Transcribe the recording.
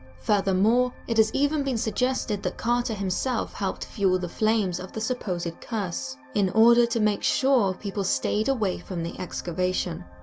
furthermore, it has even been suggested that carter himself helped fuel the flames of the supposed curse, in order to make sure people stayed away from the excavation.